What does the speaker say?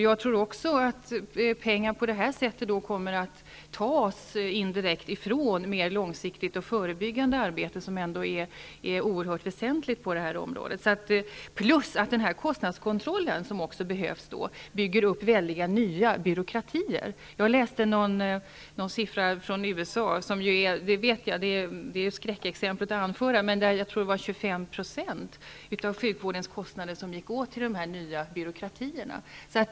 Jag tror också att pengar på detta sätt kommer att tas indirekt från mer långsiktigt och förebyggande arbete, som ändå är oerhört väsentligt på det här området. Dessutom bygger kostnadskontrollen, som också behövs, upp väldiga nya byråkratier. I USA, som är skräckexemplet att anföra, går 25 % av sjukvårdens kostnader åt till de nya byråkratierna.